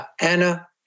Anna